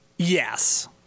yes